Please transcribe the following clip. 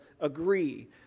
agree